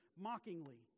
mockingly